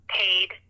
paid